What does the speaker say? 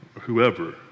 whoever